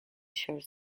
short